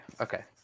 okay